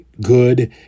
good